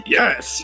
yes